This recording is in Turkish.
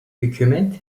hükümet